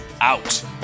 out